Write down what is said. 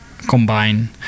combine